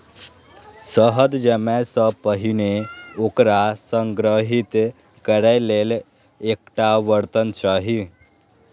शहद जमै सं पहिने ओकरा संग्रहीत करै लेल एकटा बर्तन चाही